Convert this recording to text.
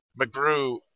McGrew